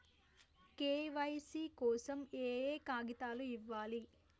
KYC కోసం ఏయే కాగితాలు ఇవ్వాలి?